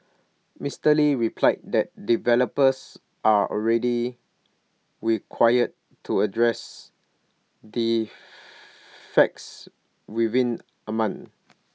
Mister lee replied that developers are already required to address defects within A month